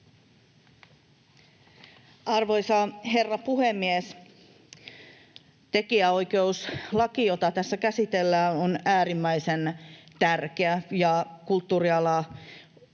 Arvoisa herra puhemies! Tekijänoikeuslaki, jota tässä käsitellään, on äärimmäisen tärkeä ja kulttuurialan